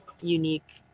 unique